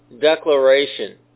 declaration